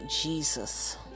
Jesus